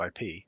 ip